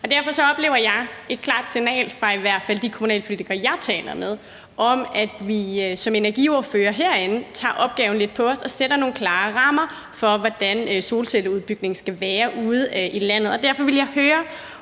Derfor oplever jeg et klart signal fra i hvert fald de kommunalpolitikere, jeg taler med, om, at vi som energiordførere herinde tager opgaven lidt på os og sætter nogle klare rammer for, hvordan solcelleudbygningen skal være ude i landet. Derfor ville jeg høre